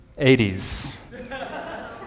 80s